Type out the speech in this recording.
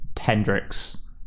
Hendrix